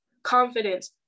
confidence